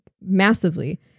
massively